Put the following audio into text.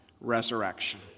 resurrection